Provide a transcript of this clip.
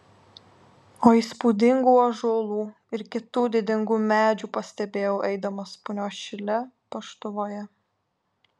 o įspūdingų ąžuolų ir kitų didingų medžių pastebėjau eidamas punios šile paštuvoje